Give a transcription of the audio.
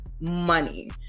money